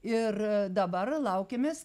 ir dabar laukiamės